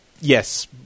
yes